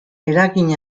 eragin